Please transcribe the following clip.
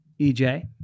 EJ